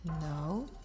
No